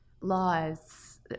laws